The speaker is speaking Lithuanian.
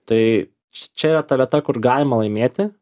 tai čia yra ta vieta kur galima laimėti